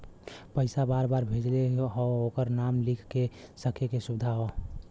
पइसा बार बार भेजे के हौ ओकर नाम लिख सके क सुविधा हौ